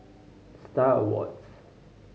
Star Awards